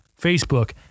Facebook